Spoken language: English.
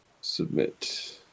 submit